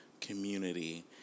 community